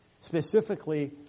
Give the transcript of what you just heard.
Specifically